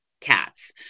cats